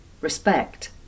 respect